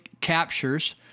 captures